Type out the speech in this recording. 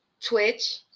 Twitch